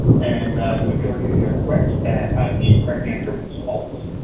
and the majority of you are correct that the correct answer was false.